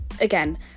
again